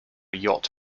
yacht